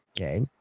okay